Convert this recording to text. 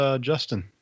Justin